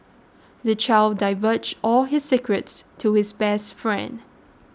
the child divulged all his secrets to his best friend